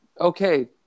okay